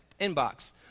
inbox